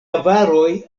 avaroj